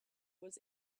was